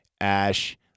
Ash